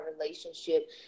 relationship